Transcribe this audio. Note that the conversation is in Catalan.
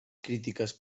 crítiques